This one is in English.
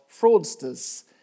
fraudsters